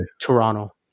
Toronto